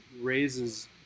raises